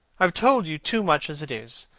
i have told you too much as it is.